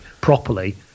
properly